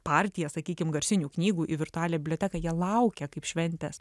partiją sakykim garsinių knygų į virtualią biblioteką jie laukia kaip šventės